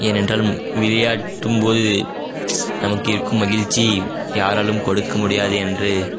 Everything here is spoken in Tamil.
ஏனென்றால் விளையாடும் போது நமக்கிருக்கும் மகிழ்ச்சி யாராலும் கொடுக்க முடியாது என்று